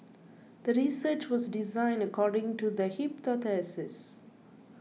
the research was designed according to the hypothesis